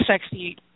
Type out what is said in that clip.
sexy